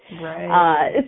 Right